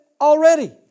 already